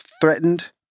threatened